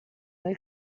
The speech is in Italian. del